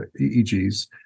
EEGs